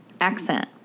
accent